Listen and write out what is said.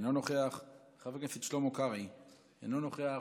אינו נוכח,